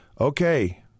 okay